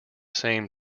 same